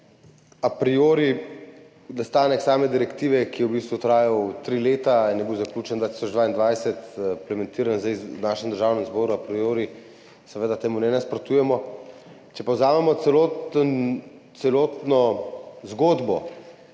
tole, da nastanku same direktive, ki je v bistvu trajal tri leta in je bil zaključen 2022, implementiran zdaj v našem Državnem zboru, a priori seveda temu ne nasprotujemo. Če pa vzamemo celotno zgodbo,